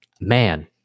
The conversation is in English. man